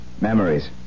memories